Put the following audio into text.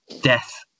death